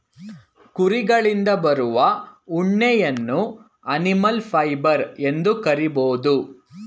ಕುರಿಗಳಿಂದ ಬರುವ ಉಣ್ಣೆಯನ್ನು ಅನಿಮಲ್ ಫೈಬರ್ ಎಂದು ಕರಿಬೋದು